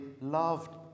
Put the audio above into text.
loved